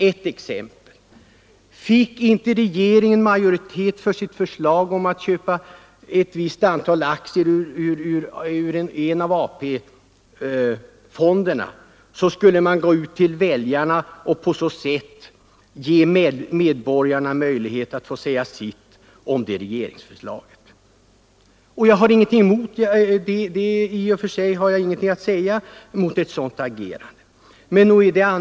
Ett exempel: Fick inte regeringen majoritet för sitt förslag om att köpa ett visst antal aktier för pengar ur AP-fonden så skulle man gå ut till väljarna och ge dem möjlighet att få säga sitt om det förslaget. Jag har i och för sig ingenting emot ett sådant agerande.